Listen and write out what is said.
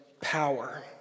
power